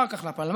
אחר כך לפלמ"ח.